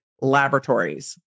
laboratories